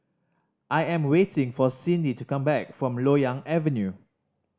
I am waiting for Cindy to come back from Loyang Avenue